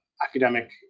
academic